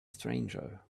stranger